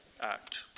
act